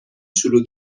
شروع